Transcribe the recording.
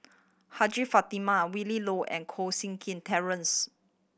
Fatimah Willin Low and Koh Seng Kin Terence